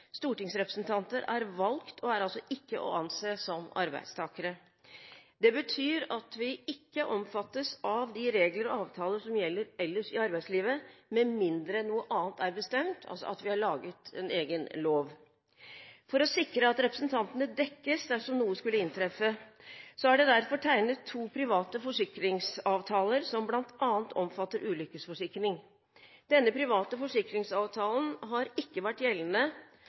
Stortingsrepresentanter er valgt og er ikke å anse som arbeidstakere. Det betyr at vi ikke omfattes av de regler og avtaler som gjelder ellers i arbeidslivet, med mindre noe annet er bestemt – altså at vi har laget en egen lov. For å sikre at representantene dekkes dersom noe skulle inntreffe, er det derfor tegnet to private forsikringsavtaler som bl.a. omfatter ulykkesforsikring. Denne private forsikringsavtalen har ikke vært gjeldende